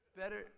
better